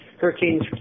Hurricanes